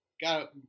got